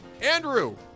Andrew